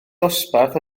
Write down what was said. dosbarth